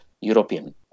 European